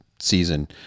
season